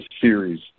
series